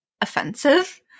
offensive